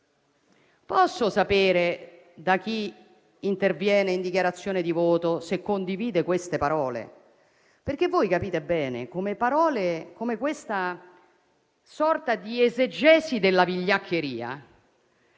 Posso sapere da chi interviene in dichiarazione di voto se condivide queste parole? Voi capite bene come questa sorta di esegesi della vigliaccheria